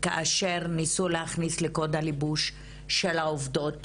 כאשר ניסו להכניס לקוד הלבוש של העובדות